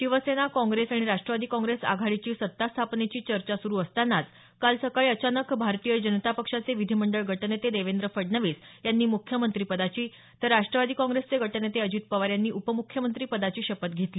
शिवसेना काँग्रेस आणि राष्ट्रवादी काँग्रेस आघाडीची सत्ता स्थापनेची चर्चा सुरू असतानाचं काल सकाळी अचानक भारतीय जनता पक्षाचे विधीमंडळ गटनेते देवेंद्र फडणवीस यांनी म्रख्यमंत्रीपदाची तर राष्टवादी काँग्रेसचे गटनेते अजित पवार यांनी उपम्रख्यमंत्री पदाची शपथ घेतली